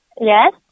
Yes